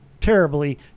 terribly